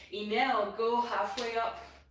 binhale, go halfway up,